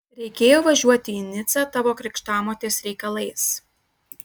reikėjo važiuoti į nicą tavo krikštamotės reikalais